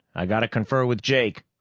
i gotta confer with jake.